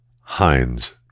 Heinz